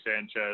Sanchez